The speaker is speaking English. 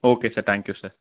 okay sir thank you sir